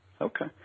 Okay